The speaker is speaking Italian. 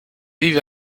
vive